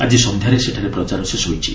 ଆଜି ସନ୍ଧ୍ୟାରେ ସେଠାରେ ପ୍ରଚାର ଶେଷ ହୋଇଛି